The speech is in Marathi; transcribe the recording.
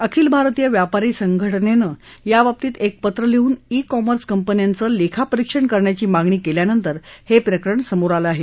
अखिल भारतीय व्यापारी संघटनेन या बाबतीत एक पत्र लिहून ई कॉमर्स कंपन्यांचे लेखापरिक्षण करण्याची मागणी केल्यानंतर हे प्रकरण समोर आलं आहे